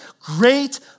great